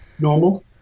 normal